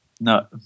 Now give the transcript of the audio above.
No